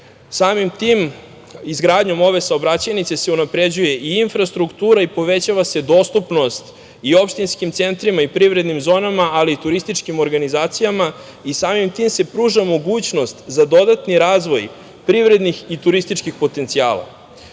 tim, izgradnjom ove saobraćajnice se unapređuje i infrastruktura i povećava se dostupnost i opštinskim centrima i privrednim zonama, ali i turističkim organizacijama i samim tim se pruža mogućnost za dodatni razvoj privrednih i turističkih potencijala. Kada